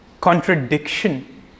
contradiction